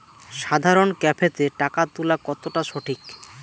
সাধারণ ক্যাফেতে টাকা তুলা কতটা সঠিক?